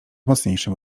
mocniejszym